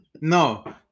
No